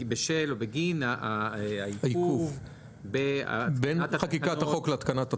-- בשל או בגין העיכוב --- בין חקיקת החוק להתקנת התקנות.